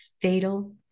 fatal